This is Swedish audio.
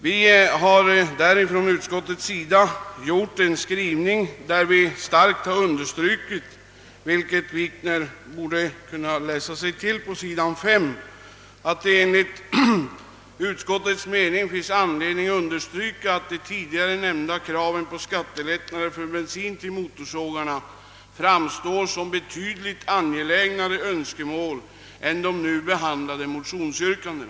Vi har i vår skrivning anfört — vilket herr Wikner borde ha kunnat läsa sig till på sidan 5 — att det enligt utskottets mening finns »anledning understryka att de tidigare nämnda kraven på skattelättnader för bensin till motorsågar framstår som ett betydligt angelägnare önskemål än de nu behandlade motionsyrkandena».